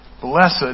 Blessed